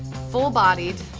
full-bodied,